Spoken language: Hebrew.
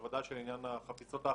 בוודאי שלעניין החפיסות האחידות,